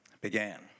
began